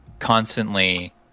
constantly